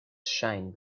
shine